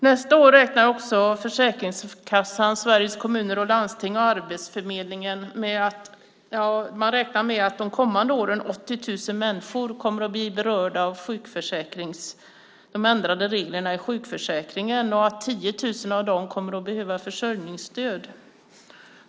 Nästa år räknar också Försäkringskassan, Sveriges Kommuner och Landsting och Arbetsförmedlingen med att 80 000 människor under de kommande åren kommer att bli berörda av de ändrade reglerna i sjukförsäkringen och att 10 000 av dem kommer att behöva försörjningsstöd.